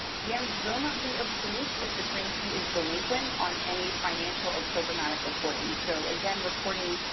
gams will not be approved if the grantee is delinquent on any financial or programmatic reporting. so again, reporting,